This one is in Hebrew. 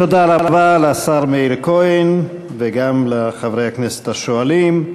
תודה רבה לשר מאיר כהן וגם לחברי הכנסת השואלים.